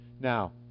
Now